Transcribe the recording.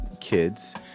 kids